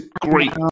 great